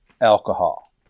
alcohol